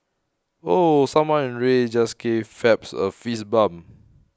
ooh someone in red just gave Phelps a fist bump